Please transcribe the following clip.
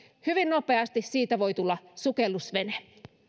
hyvin nopeasti siitä voi tulla sukellusvene